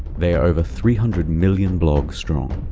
they are over three hundred million blogs strong.